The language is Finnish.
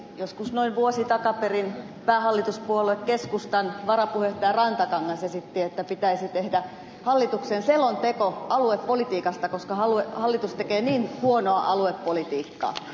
joskus noin vuosi takaperin päähallituspuolue keskustan varapuheenjohtaja rantakangas esitti että pitäisi tehdä hallituksen selonteko aluepolitiikasta koska hallitus tekee niin huonoa aluepolitiikkaa